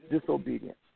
disobedience